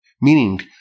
Meaning